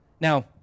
Now